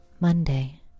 Monday